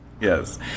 Yes